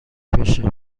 بشه